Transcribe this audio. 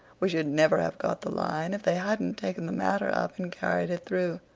we should never have got the line if they hadn't taken the matter up and carried it through.